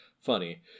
funny